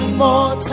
more